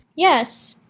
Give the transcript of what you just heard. yes,